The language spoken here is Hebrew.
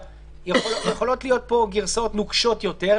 יכולות להיות פה גרסאות נוקשות יותר,